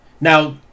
Now